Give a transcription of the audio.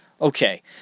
Okay